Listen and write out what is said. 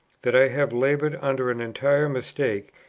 that i have laboured under an entire mistake,